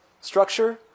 structure